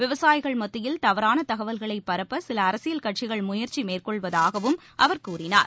விவசாயிகள் மத்தியில் தவறான தகவல்களை பரப்ப சில அரசியல் கட்சிகள் முயற்சி மேற்கொள்வதாகவும் திரு சிவராஜ்சிங் சவ்கான் கூறினார்